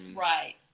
right